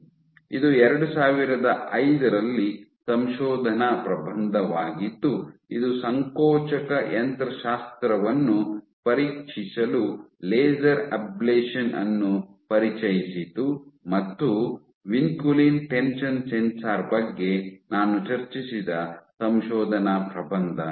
ಇದು 2005 ರ ಸಂಶೋಧನಾ ಪ್ರಬಂಧವಾಗಿದ್ದು ಇದು ಸಂಕೋಚಕ ಯಂತ್ರಶಾಸ್ತ್ರವನ್ನು ಪರೀಕ್ಷಿಸಲು ಲೇಸರ್ ಅಬ್ಲೇಶನ್ ಅನ್ನು ಪರಿಚಯಿಸಿತು ಮತ್ತು ವಿನ್ಕುಲಿನ್ ಟೆನ್ಷನ್ ಸೆನ್ಸಾರ್ ಬಗ್ಗೆ ನಾನು ಚರ್ಚಿಸಿದ ಸಂಶೋಧನಾ ಪ್ರಬಂಧ ಇದು